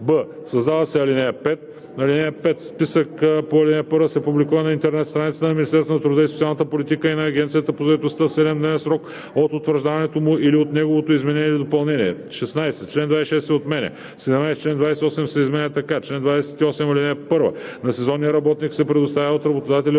б) създава се ал. 5: „(5) Списъкът по ал. 1 се публикува на интернет страницата на Министерството на труда и социалната политика и на Агенцията по заетостта в 7-дневен срок от утвърждаването му или от неговото изменение или допълнение.“ 16. Член 26 се отменя. 17. Член 28 се изменя така: „Чл. 28. (1) На сезонния работник се предоставя от работодателя